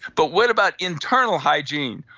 but what about internal hygiene.